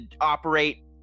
operate